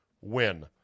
win